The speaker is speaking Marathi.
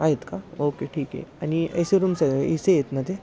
आहेत का ओके ठीक आहे आणि एसे रूम्स एसे आहेत ना ते